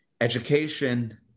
education